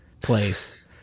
place